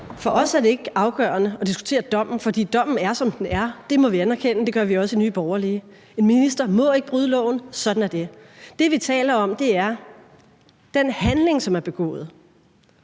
For os er det ikke afgørende at diskutere dommen, fordi dommen er, som den er. Det må vi anerkende; det gør vi også i Nye Borgerlige. En minister må ikke bryde loven. Sådan er det. Det, vi taler om, er den handling, der er begået,